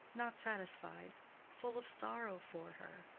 not satisfied full of sorrow for her.